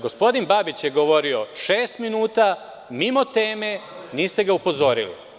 Gospodin Babić je govorio šest minuta mimo teme, a niste ga upozorili.